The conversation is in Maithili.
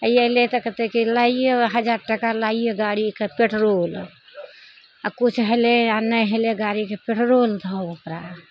अयलइ तऽ कहतइ कि लाइए हजार टाका लाइए गाड़ीके पेट्रोल आओर किछु हेलय आओर नहि हेलय गाड़ीके पेट्रोल दहो ओकरा